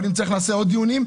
אבל אם צריך נעשה עוד דיונים,